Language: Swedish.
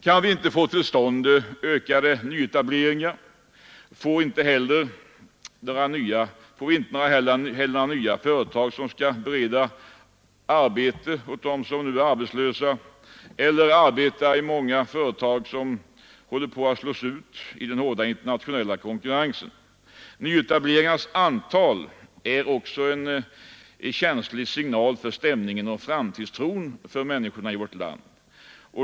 Kan vi inte få till stånd ökade nyetableringar, får vi inte heller några nya företag som skall bereda arbete åt dem som nu är arbetslösa eller åt dem som arbetar i många företag som håller på att slås ut i den hårda internationella konkurrensen. Nyetableringarnas antal är också en känslig signal för stämningen och framtidstron hos människorna i vårt land.